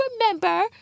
remember